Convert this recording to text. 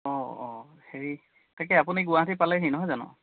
অঁ অঁ হেৰি তাকে আপুনি গুৱাহাটী পালেহি নহয় জানো